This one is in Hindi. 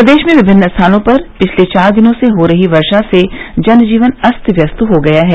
प्रदेश में विभिन्न स्थानों पर पिछले चार दिनों से हो रही वर्षा से जनजीवन अस्त व्यस्त हो गया है